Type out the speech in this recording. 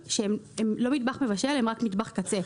שהם לא מטבח מבשל אלא הם רק מטבח קצה.